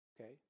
Okay